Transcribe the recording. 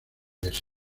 les